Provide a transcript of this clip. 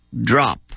drop